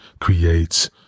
creates